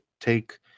take